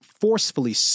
forcefully